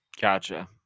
gotcha